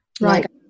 right